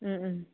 ꯎꯝ ꯎꯝ